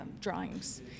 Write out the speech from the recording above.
drawings